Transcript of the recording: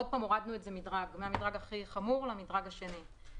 הורדנו את זה מהמדרג הכי חמור למדרג השני.